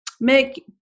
make